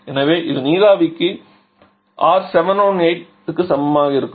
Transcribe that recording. எனவே இது நீராவிக்கு R718 க்கு சமமாக இருக்கும்